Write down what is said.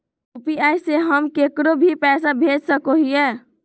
UPI से हम केकरो भी पैसा भेज सको हियै?